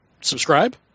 subscribe